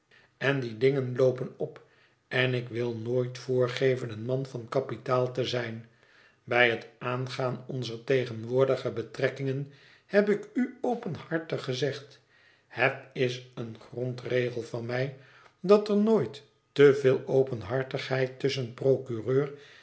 en die dingen loopen op en ik wil nooit voorgeven een man van kapitaal te zijn bij het aangaan onzer tegenwoordige betrekkingen heb ik u openhartig gezegd het is een grondregel van mij dat er nooit te veel openhartigheid tusschen procureur